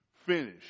Finish